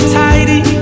tidy